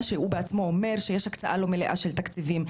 שהוא בעצמו אומר שיש הקצאה לא מלאה של תקציבים.